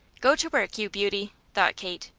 go to work, you beauty, thought kate.